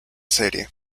serie